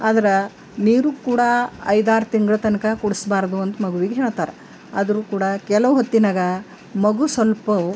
ಆದ್ರೆ ನೀರು ಕೂಡ ಐದಾರು ತಿಂಗಳ ತನಕ ಕುಡಿಸ್ಬಾರ್ದು ಅಂತ ಮಗುವಿಗೆ ಹೇಳ್ತಾರೆ ಆದ್ರೂ ಕೂಡ ಕೆಲವು ಹೊತ್ತಿನಾಗ ಮಗು ಸ್ವಲ್ಪವು